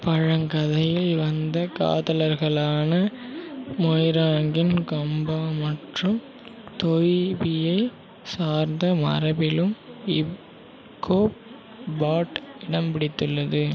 பழங்கதையில் வந்த காதலர்களான மொய்ராங்கின் கம்பா மற்றும் தொய்பியைச் சார்ந்த மரபிலும் இகோப் பாட் இடம்பிடித்துள்ளது